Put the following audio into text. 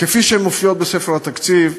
כפי שהן מופיעות בספר התקציב,